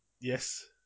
Yes